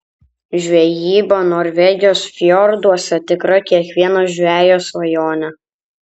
žvejyba norvegijos fjorduose tikra kiekvieno žvejo svajonė